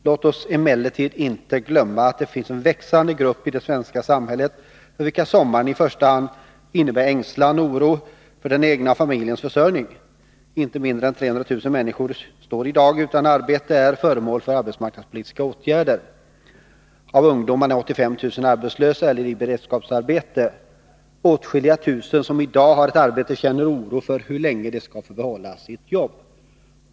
Låt oss emellertid inte glömma att det finns en växande grupp i det svenska samhället, för vilken sommaren i första hand innebär ängslan och oro för den egna och familjens försörjning. Inte mindre än 300 000 människor står i dag utan arbete eller är föremål för arbetsmarknadspolitiska åtgärder. Av ungdomarna är 85 000 arbetslösa eller i beredskapsarbete. Åtskilliga tusen som i dag har ett arbete känner oro för hur länge de skall få behålla sitt arbete.